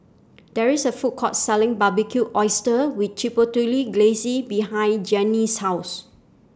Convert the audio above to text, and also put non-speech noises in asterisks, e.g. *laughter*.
There IS A Food Court Selling Barbecued Oysters with *unintelligible* Glaze behind Janine's House